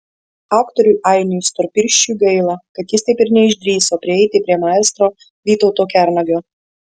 aktoriui ainiui storpirščiui gaila kad jis taip ir neišdrįso prieiti prie maestro vytauto kernagio